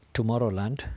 Tomorrowland